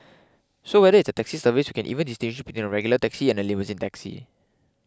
so whether it's a taxi service we can even distinguish between a regular taxi and a limousine taxi